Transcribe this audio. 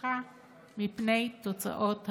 לחששך מפני תוצאות הבחירות".